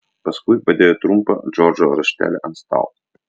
paskui padėjo trumpą džordžo raštelį ant stalo